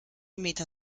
meta